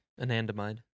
Anandamide